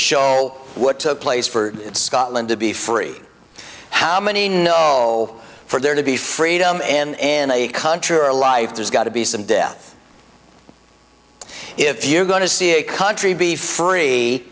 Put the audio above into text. show what took place for scotland to be free how many nowell for there to be freedom and a country or a life there's got to be some death if you're going to see a country be free